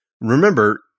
remember